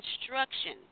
instruction